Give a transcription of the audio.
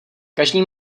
každý